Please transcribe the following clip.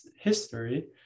history